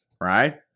right